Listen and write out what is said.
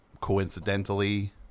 Coincidentally